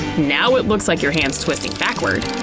now it looks like your hand's twisting backward.